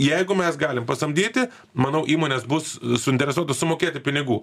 jeigu mes galim pasamdyti manau įmonės bus suinteresuotos sumokėti pinigų